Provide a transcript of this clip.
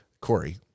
Corey